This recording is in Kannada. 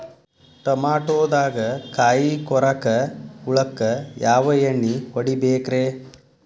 ಟಮಾಟೊದಾಗ ಕಾಯಿಕೊರಕ ಹುಳಕ್ಕ ಯಾವ ಎಣ್ಣಿ ಹೊಡಿಬೇಕ್ರೇ?